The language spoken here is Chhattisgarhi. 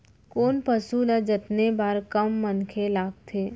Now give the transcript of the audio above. कोन पसु ल जतने बर कम मनखे लागथे?